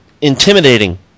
intimidating